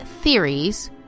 theories